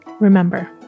Remember